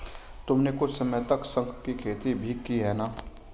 तुमने कुछ समय तक शंख की खेती भी की है ना?